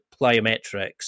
plyometrics